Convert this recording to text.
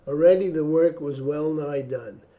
already the work was well nigh done.